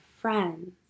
friends